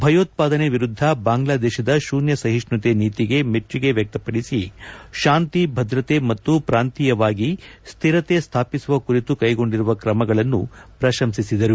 ಭಯೋತ್ವಾದನೆ ವಿರುದ್ದ ಬಾಂಗ್ಲಾದೇಶದ ಶೂನ್ದ ಸಹಿಷ್ಟುತೆ ನೀತಿಗೆ ಮೆಚ್ಚುಗೆ ವ್ವಕ್ತಪಡಿಸಿ ಶಾಂತಿ ಭದ್ರತೆ ಮತ್ತು ಪ್ರಾಂತೀಯವಾಗಿ ಸ್ವಿರತೆ ಸ್ವಾಪಿಸುವ ಕುರಿತು ಕೈಗೊಂಡಿರುವ ಕ್ರಮಗಳನ್ನು ಪ್ರಶಂಸಿಸಿದರು